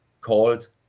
called